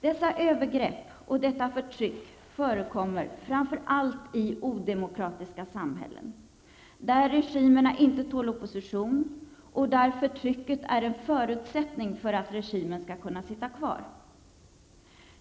Dessa övergrepp och detta förtryck förekommer framför allt i odemokratiska samhällen, där regimerna inte tål opposition och där förtrycket är en förutsättning för att regimen skall kunna sitta kvar.